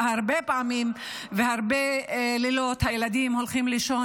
הרבה פעמים והרבה לילות הילדים הולכים לישון